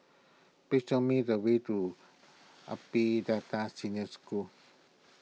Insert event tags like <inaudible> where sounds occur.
please show me the way to <unintelligible> Delta Senior School